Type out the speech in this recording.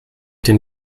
den